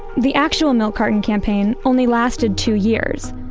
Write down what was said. the actual milk carton campaign only lasted two years,